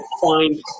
find